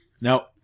Now